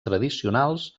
tradicionals